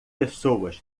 pessoas